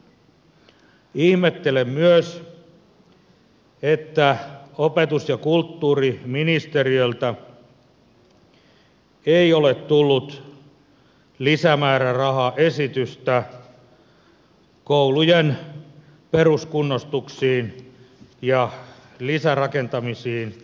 ihmettelen myös että opetus ja kulttuuriministeriöltä ei ole tullut lisämäärärahaesitystä koulujen peruskunnostuksiin ja lisärakentamisiin